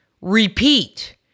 Repeat